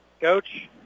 Coach